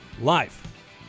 life